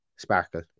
Sparkle